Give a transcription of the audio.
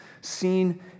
seen